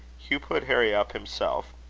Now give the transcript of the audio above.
hugh put harry up himself,